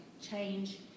change